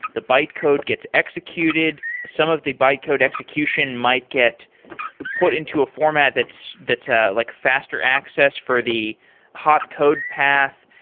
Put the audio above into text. the bytecode gets executed. some of the bytecode execution might get put into a format that's that's ah like faster access for the hot code path.